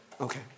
Okay